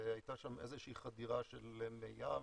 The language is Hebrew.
והייתה שם איזושהי חדירה של מי ים.